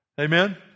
Amen